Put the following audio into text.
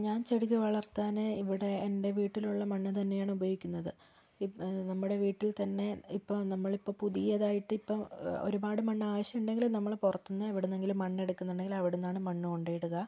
ഞാൻ ചെടികൾ വളർത്താനായി ഇവിടെ എൻ്റെ വീട്ടിലുള്ള മണ്ണ് തന്നെയാണ് ഉപയോഗിക്കുന്നത് ഇപ്പം നമ്മുടെ വീട്ടിൽ തന്നെ ഇപ്പം നമ്മള് ഇപ്പം പുതിയതായിട്ട് ഇപ്പം ഒരുപാട് മണ്ണ് ആവിശ്യം ഉണ്ടെങ്കില് നമ്മളിപ്പം പുറത്ത് നിന്നോ എവിടുന്നെങ്കിലും മണ്ണ് എടുക്കുന്നുണ്ടെങ്കില് അവിടുന്നാണ് മണ്ണ് കൊണ്ടുപോയി ഇടുക